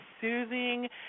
soothing